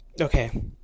Okay